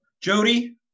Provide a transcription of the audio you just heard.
Jody